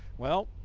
well,